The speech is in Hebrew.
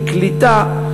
של קליטה,